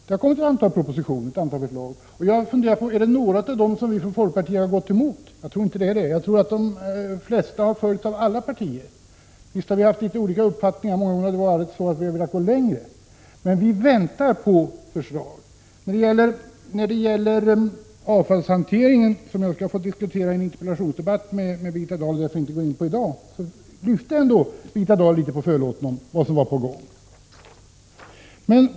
Det har dock kommit en del propositionsförslag om detta, och jag har funderat på om folkpartiet gått emot något av dessa. Jag tror inte det är så. Jag tror att de flesta biträtts av alla partier. Visst har vi haft litet olika uppfattningar; många gånger har vi velat gå längre, men vi väntar på förslag. När det gäller avfallshanteringen — som jag skall få diskutera i en interpellationsdebatt med Birgitta Dahl och därför inte skall gå in på i dag — lyfte hon ändå litet förlåten.